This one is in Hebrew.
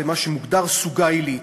מה שמוגדר "סוגה עילית".